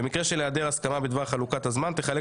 במקרה של היעדר הסכמה בדבר חלוקת הזמן תחלק